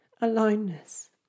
aloneness